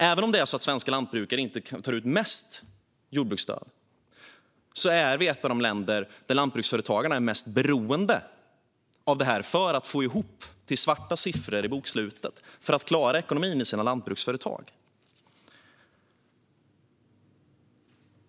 Även om svenska lantbrukare inte tar ut mest jordbruksstöd är Sverige ett av de länder där lantbruksföretagarna är mest beroende av stödet för att få ihop till svarta siffror i bokslutet, det vill säga för att klara ekonomin i sina lantbruksföretag.